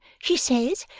she says,